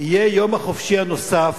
יהיה היום החופשי הנוסף,